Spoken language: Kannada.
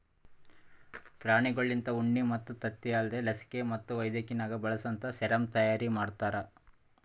ಪ್ರಾಣಿಗೊಳ್ಲಿಂತ ಉಣ್ಣಿ ಮತ್ತ್ ತತ್ತಿ ಅಲ್ದೇ ಲಸಿಕೆ ಮತ್ತ್ ವೈದ್ಯಕಿನಾಗ್ ಬಳಸಂತಾ ಸೆರಮ್ ತೈಯಾರಿ ಮಾಡ್ತಾರ